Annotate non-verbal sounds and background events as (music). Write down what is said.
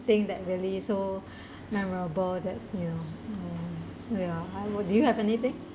thing that really so (breath) memorable that you know mm ya I will do you have anything